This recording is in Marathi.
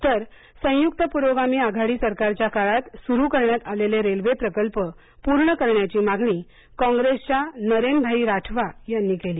तर संयुक्त पुरोगामी आघाडी सरकारच्या काळात सुरू करण्यात आलेले रेल्वे प्रकल्प पूर्ण करण्याची मागणी कॉप्रेसच्या नरेनभाई राठवा यांनी केली